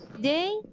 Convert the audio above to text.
day